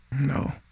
No